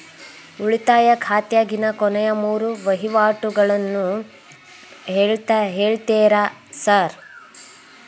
ಉಳಿತಾಯ ಖಾತ್ಯಾಗಿನ ಕೊನೆಯ ಮೂರು ವಹಿವಾಟುಗಳನ್ನ ಹೇಳ್ತೇರ ಸಾರ್?